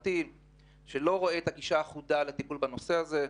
חקירתי שלא רואה את הגישה האחודה לטיפול בנושא הזה.